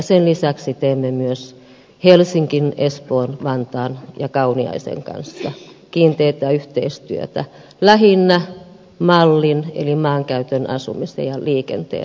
sen lisäksi teemme myös helsingin espoon vantaan ja kauniaisten kanssa kiinteätä yhteistyötä lähinnä malin eli maankäytön asumisen ja liikenteen osalta